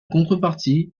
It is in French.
contrepartie